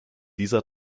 dieser